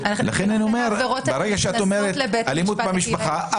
ברגע שאת אומרת אלימות במשפחה,